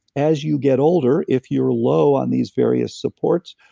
as you get older, if you're low on these various supports,